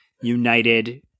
United